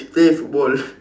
play football